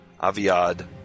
Aviad